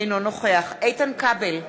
אינו נוכח איתן כבל,